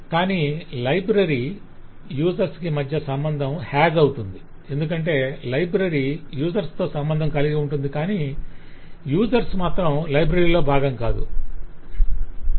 కాని library users కు మధ్య సంబంధం 'HAS' అవుతుంది ఎందుకంటే లైబ్రరీ యూజర్స్ తో సంబంధం కలిగి ఉంటుంది కాని యూజర్స్ మాత్రం లైబ్రరీలో భాగం కాదు